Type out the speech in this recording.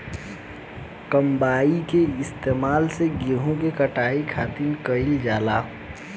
combine के इस्तेमाल से गेहूँ के कटाई खातिर कईल जाला